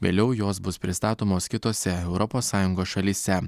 vėliau jos bus pristatomos kitose europos sąjungos šalyse